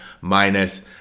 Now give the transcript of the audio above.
minus